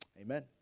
Amen